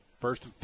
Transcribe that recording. First